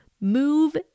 move